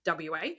WA